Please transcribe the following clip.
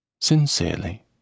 Sincerely